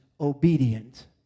obedient